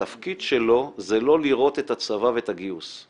התפקיד שלו זה לא לראות את הצבא ואת הגיוס,